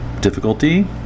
Difficulty